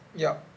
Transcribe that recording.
yup